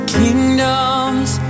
kingdoms